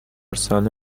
ساله